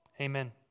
amen